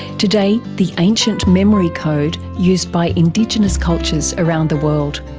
today, the ancient memory code used by indigenous cultures around the world.